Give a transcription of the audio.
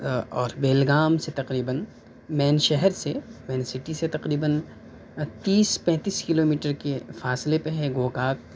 اور بیلگام سے تقریباً مین شہر سے مین سٹی سے تقریباً تیس پینتس کلومیٹر کی فاصلے پہ ہے گوکاک